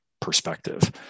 perspective